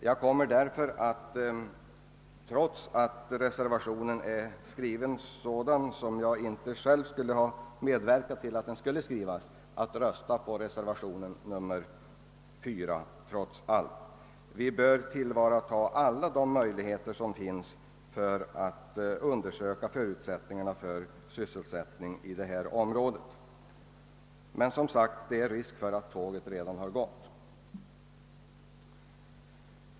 Jag kommer därför, trots att reservationen 4 skrivits på ett sätt som jag inte själv skulle ha medverkat till, att rösta för denna reservation. Vi bör tillvarata alla de möjligheter som finns att undersöka förutsättningarna för sysselsättning i detta område. Men, som sagt, det är risk för att tåget redan har gått.